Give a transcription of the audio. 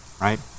right